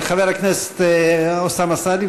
חבר הכנסת אוסאמה סעדי,